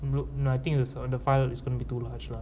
brooke nothing's on the file is going gonna be two larger